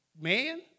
man